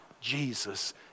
Jesus